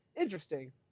interesting